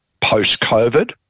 post-COVID